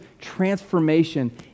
transformation